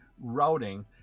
routing